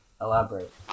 elaborate